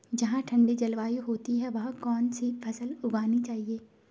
जहाँ ठंडी जलवायु होती है वहाँ कौन सी फसल उगानी चाहिये?